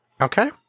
Okay